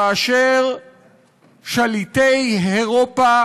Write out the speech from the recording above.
כאשר שליטי אירופה